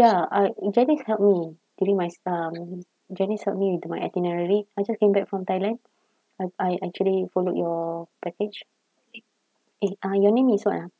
ya uh janice helped me during my um janice helped me with my itinerary I just came back from thailand I I actually followed your package eh uh your name is what ah